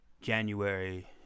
January